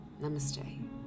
Namaste